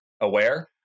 aware